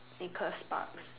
Nicholas Sparks